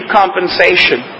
compensation